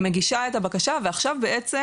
היא מגישה את הבקשה ועכשיו בעצם